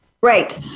Right